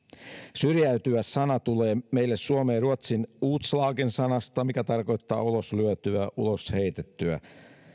syrjäytyä sana tulee meille suomeen ruotsin utslagen sanasta mikä tarkoittaa uloslyötyä ulosheitettyä